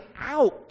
out